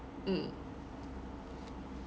mm